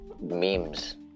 memes